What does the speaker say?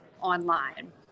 online